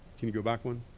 can you go back one?